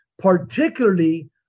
particularly